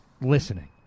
listening